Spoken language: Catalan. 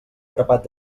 grapat